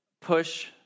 push